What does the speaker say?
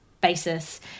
basis